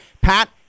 Pat